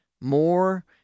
more